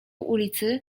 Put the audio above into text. ulicy